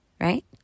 right